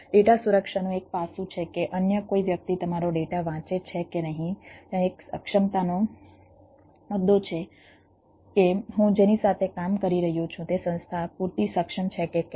data સુરક્ષાનું એક પાસું છે કે અન્ય કોઈ વ્યક્તિ મારો ડેટા વાંચે છે કે નહીં ત્યાં એક સક્ષમતાનો મુદ્દો છે કે હું જેની સાથે કામ કરી રહ્યો છું તે સંસ્થા પૂરતી સક્ષમ છે કે કેમ